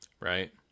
right